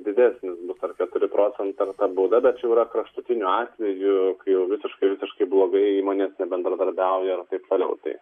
didesnis bus ar keturi procentai ar bauda bet čia jau yra kraštutiniu atveju jau visiškai visiškai blogai įmonės bendradarbiauja ir taip toliau tai